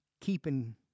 keeping